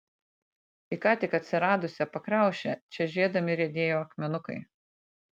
į ką tik atsiradusią pakriaušę čežėdami riedėjo akmenukai